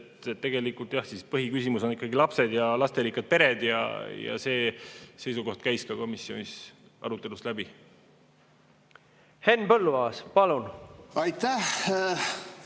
Tegelikult jah põhiküsimus on ikkagi lapsed ja lasterikkad pered. See seisukoht käis komisjonis arutelust läbi. Henn Põlluaas, palun! Aitäh!